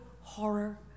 horror